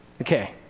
Okay